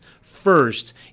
first